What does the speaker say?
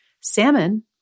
Salmon